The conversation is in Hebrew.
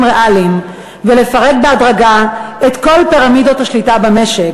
ריאליים ולפרק בהדרגה את כל פירמידות השליטה במשק.